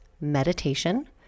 meditation